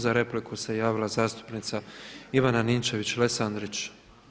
Za repliku se javila zastupnica Ivana Ninčević- Lesandrić.